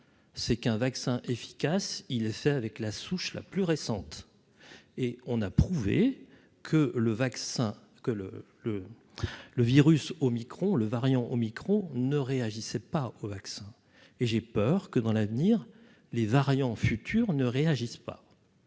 c'est qu'un vaccin efficace, il est fait avec la souche la plus récente et on a prouvé que le vaccin que le le le virus Omicron le variant Omicron ne réagissait pas aux vaccins et j'ai peur que dans l'avenir les variants futurs ne réagissent pas,